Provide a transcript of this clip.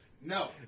No